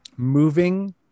moving